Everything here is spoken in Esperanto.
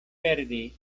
perdi